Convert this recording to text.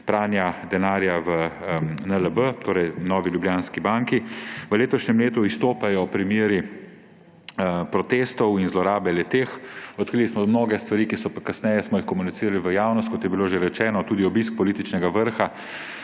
pranja denarja v NLB, torej Novi Ljubljanski banki. V letošnjem letu izstopajo primeri protestov in zlorabe le-teh. Odkrili smo mnoge stvari, kasneje smo jih komunicirali v javnost, kot je bilo že rečeno. Tudi obisk političnega vrha,